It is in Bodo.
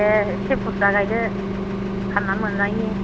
दे एसे बुरजा गायदो फान्नानै मोन्नायनि